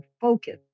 Focus